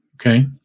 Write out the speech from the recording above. okay